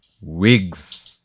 wigs